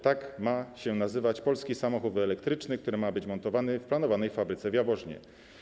Tak ma się nazywać polski samochód elektryczny, który ma być montowany w planowanej fabryce w Jaworznie.